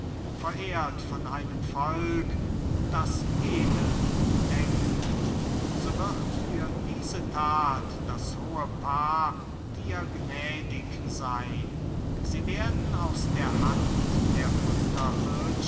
verehrt von einem volk das edel denkt so wird für diese that das hohe paar dir gnädig sein sie werden aus der hand der